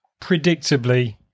predictably